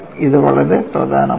ഇത് വളരെ പ്രധാനമാണ്